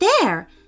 There